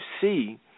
see